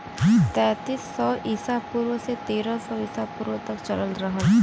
तैंतीस सौ ईसा पूर्व से तेरह सौ ईसा पूर्व तक चलल रहल